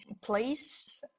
place